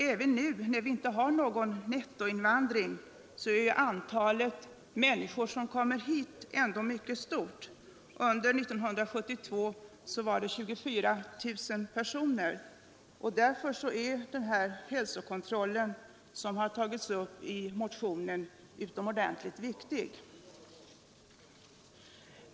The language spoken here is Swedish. Även nu när vi inte har någon nettoinvandring är ju antalet människor som kommer hit mycket stort. Under 1972 var det 24 000 personer. Därför är den här hälsokontrollen som har tagits upp i motionen ytterligt viktig.